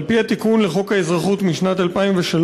על-פי התיקון לחוק האזרחות משנת 2003,